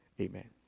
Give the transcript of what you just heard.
amen